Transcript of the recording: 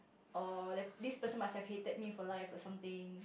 oh that this person must have hated me for life or something